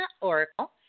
Oracle